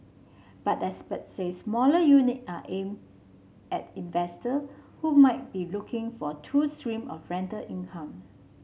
but experts says smaller unit are aimed at investor who might be looking for two stream of rental income